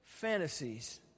fantasies